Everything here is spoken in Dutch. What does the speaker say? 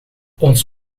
ons